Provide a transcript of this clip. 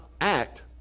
act